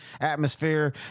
atmosphere